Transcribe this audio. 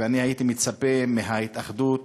ואני הייתי מצפה מההתאחדות